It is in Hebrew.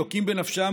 לוקים בנפשם,